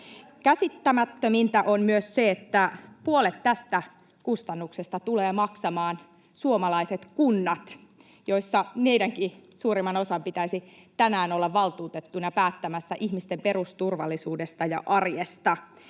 Käsittämättömintä on myös se, että puolet tästä kustannuksesta tulevat maksamaan suomalaiset kunnat, joissa meistäkin suurimman osan pitäisi tänään olla valtuutettuina päättämässä ihmisten perusturvallisuudesta ja arjesta,